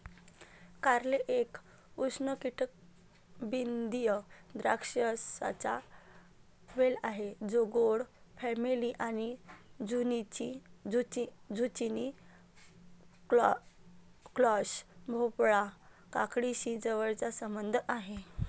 कारले एक उष्णकटिबंधीय द्राक्षांचा वेल आहे जो गोड फॅमिली आणि झुचिनी, स्क्वॅश, भोपळा, काकडीशी जवळचा संबंध आहे